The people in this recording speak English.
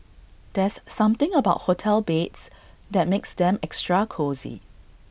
there's something about hotel beds that makes them extra cosy